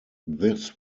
this